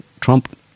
Trump